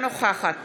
אינה נוכחת